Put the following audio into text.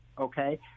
okay